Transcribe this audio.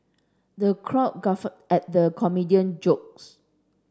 the crowd guffawed at the comedian jokes